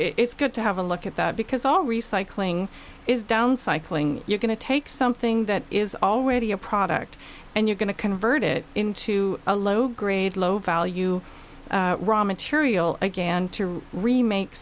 it's good to have a look at that because all recycling is down cycling you're going to take something that is already a product and you're going to convert it into a low grade low value raw material again to remake